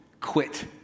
quit